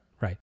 right